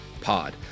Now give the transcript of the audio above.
Pod